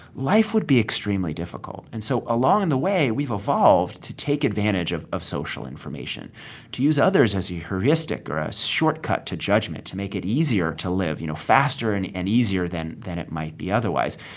life would be extremely difficult and so along the way we've evolved to take advantage of of social information to use others as a heuristic or a shortcut to judgment to make it easier to live, you know, faster and and easier than than it might be otherwise.